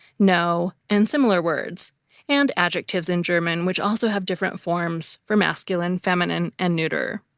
no, and similar words and adjectives in german, which also have different forms for masculine, feminine, and neuter.